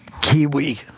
Kiwi